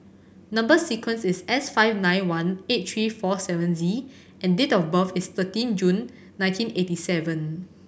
number sequence is S five nine one eight three four seven Z and date of birth is thirteen June nineteen eighty seven